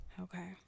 Okay